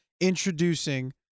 introducing